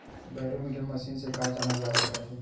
Barometer machine से का जाना जा सकत हे?